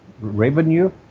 revenue